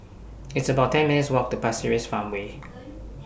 It's about ten minutes' Walk to Pasir Ris Farmway